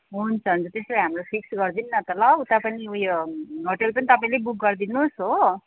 हुन्छ हुन्छ त्यसो भए हाम्रो फिक्स गरिदिनु नि त ल उता पनि उयो होटल पनि तपाईँले बुक गरिदिनु होस् हो